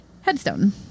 headstone